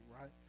right